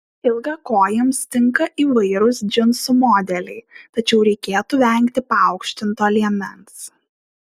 ilgakojėms tinka įvairūs džinsų modeliai tačiau reikėtų vengti paaukštinto liemens